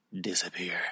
disappear